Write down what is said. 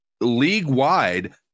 league-wide